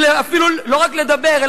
לא רק לדבר,